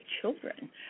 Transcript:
children